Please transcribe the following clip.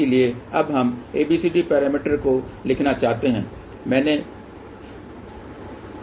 इसलिए अब हम ABCD पैरामीटर को लिखना चाहते हैं मैंने इसे फिर से लिखा है